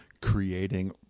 creating